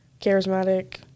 charismatic